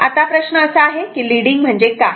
आता प्रश्न असा आहे की लीडिंग म्हणजे काय